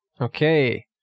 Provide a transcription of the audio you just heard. Okay